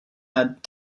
had